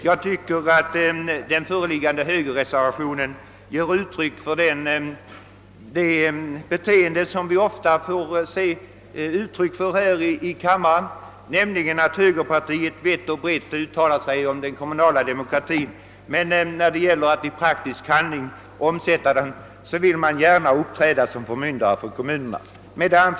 Jag tycker att den föreliggande högerreservationen ger uttryck för ett beteende som vi ofta får bevittna här i kammaren, nämligen att högerpartiets representanter vitt och brett uttalar sig om den kommunala demokratin, men när det gäller att omsätta den i praktiken vill de gärna uppträda som förmyndare för kommunerna. Herr talman!